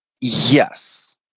Yes